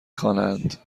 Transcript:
خوانند